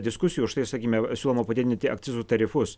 diskusijų štai sakykime siūloma padidinti akcizų tarifus